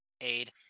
Aid